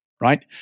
right